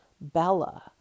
Bella